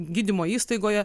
gydymo įstaigoje